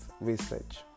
research